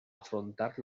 afrontar